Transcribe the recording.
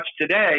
today